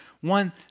one